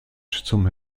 zum